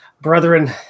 brethren